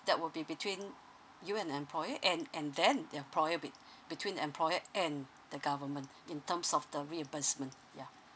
that will be between you and the employer and and then their prohibit between employer and the government in terms of the reimbursement ya